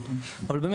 אז כשיהיה לי מה לומר,